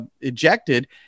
ejected